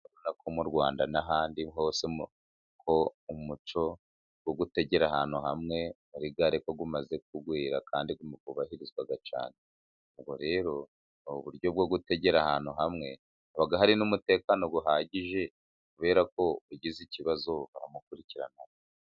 Urabona ko mu Rwanda n’ahandi hose, umuco wo gutegera ahantu hamwe muri gare umaze kugwira kandi wubahirizwa cyane. Rero, ni uburyo bwo gutegera ahantu hamwe, haba hari n’umutekano uhagije, kubera ko ugize ikibazo, bamukurikirana